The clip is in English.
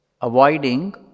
avoiding